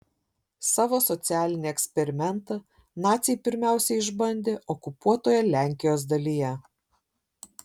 savo socialinį eksperimentą naciai pirmiausia išbandė okupuotoje lenkijos dalyje